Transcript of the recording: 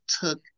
took